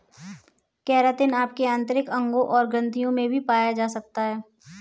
keratin आपके आंतरिक अंगों और ग्रंथियों में भी पाया जा सकता है